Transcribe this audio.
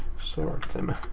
sort them.